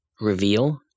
reveal